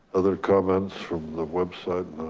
other cubs for the website.